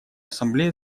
ассамблея